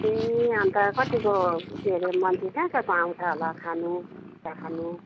ए अन्त कतिको के अरे मान्छे कहाँ कहाँको आाउँछ होला खानु चिया खानु